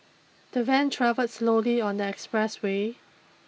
the van travelled slowly on the express way